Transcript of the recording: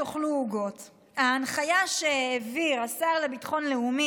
תאכלו עוגות: ההנחיה שהעביר השר לביטחון לאומי,